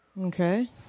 Okay